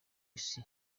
isi